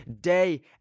day